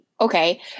Okay